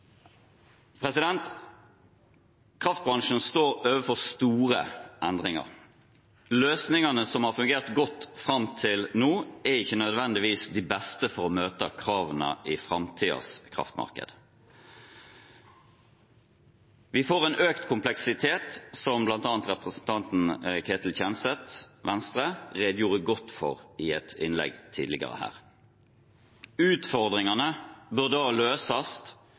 Kraftbransjen står overfor store endringer. Løsningene som har fungert godt fram til nå, er ikke nødvendigvis de beste for å møte kravene i framtidens kraftmarked. Vi får en økt kompleksitet, noe bl.a. representanten Ketil Kjenseth, Venstre, redegjorde godt for i et innlegg tidligere. Utfordringene bør da løses